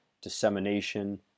dissemination